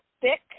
thick